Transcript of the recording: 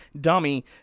dummy